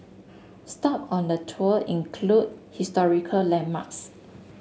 stop on the tour include historical landmarks